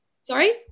Sorry